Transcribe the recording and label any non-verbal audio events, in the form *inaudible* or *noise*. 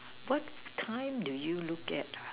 *noise* what kind do you look at ah